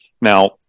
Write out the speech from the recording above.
Now